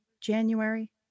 January